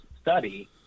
study